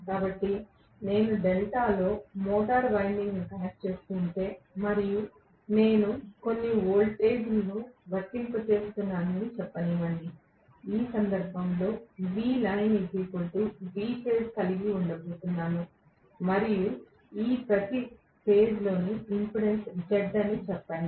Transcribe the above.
కాబట్టి నేను డెల్టాలో మోటారు వైండింగ్ను కనెక్ట్ చేస్తుంటే మరియు నేను కొన్ని వోల్టేజ్ను వర్తింపజేస్తున్నానని చెప్పనివ్వండి నేను ఈ సందర్భంలో కలిగి ఉండబోతున్నాను మరియు ఈ ప్రతి ఫేజ్ లోని ఇంపెడెన్స్ Z అని చెప్పండి